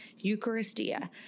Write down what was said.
Eucharistia